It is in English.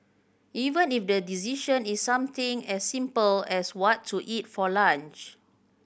even if the decision is something as simple as what to eat for lunch